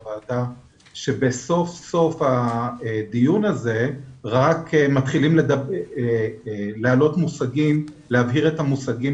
שרק בסוף הדיון הזה מתחילים להבהיר את המושגים